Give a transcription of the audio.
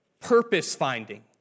purpose-finding